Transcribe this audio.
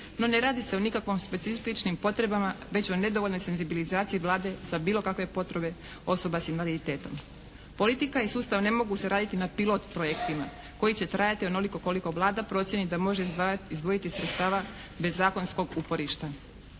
No, ne radi se o nikakvim specifičnim potrebama, već o nedovoljnoj senzibilizaciji Vlade za bilo kakve potrebe osoba s invaliditetom. Politika i sustav ne mogu se raditi na pilot projektima koji će trajati onoliko koliko Vlada procijeni da može izdvojiti sredstava bez zakonskog uporišta.